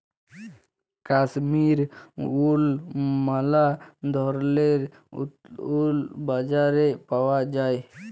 কাশ্মীর উল ম্যালা ধরলের উল বাজারে পাউয়া যায়